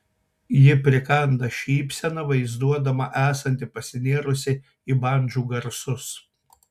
ji prikanda šypseną vaizduodama esanti pasinėrusi į bandžų garsus